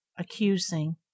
accusing